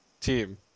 Team